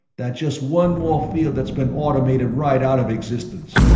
that's just one more field that's been automated right out of existence.